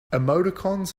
emoticons